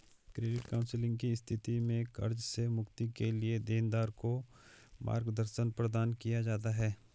credit counselling की स्थिति में कर्ज से मुक्ति के लिए देनदार को मार्गदर्शन प्रदान किया जाता है